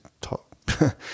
talk